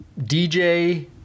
DJ